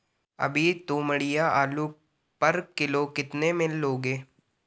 अभी तोमड़िया आलू पर किलो कितने में लोगे?